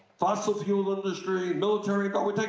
fossil fuel industry, military, but we